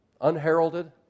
unheralded